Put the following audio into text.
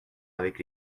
avec